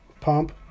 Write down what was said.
pump